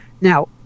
now